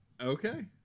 okay